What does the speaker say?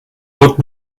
vot